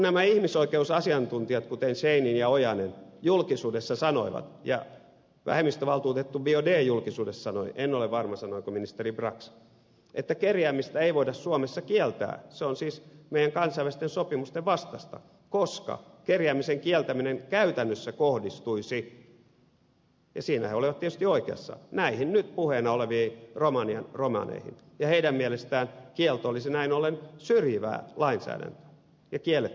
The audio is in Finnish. nämä ihmisoikeusasiantuntijat kuten scheinin ja ojanen julkisuudessa sanoivat ja vähemmistövaltuutettu biaudet julkisuudessa sanoi en ole varma sanoiko ministeri brax että kerjäämistä ei voida suomessa kieltää se on siis meidän kansainvälisten sopimusten vastaista koska kerjäämisen kieltäminen käytännössä kohdistuisi ja siinä he olivat tietysti oikeassa näihin nyt puheena oleviin romanian romaneihin ja heidän mielestään kielto olisi näin ollen syrjivää ja kiellettyä lainsäädäntöä